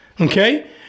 Okay